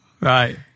Right